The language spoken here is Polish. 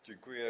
Dziękuję.